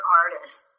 artists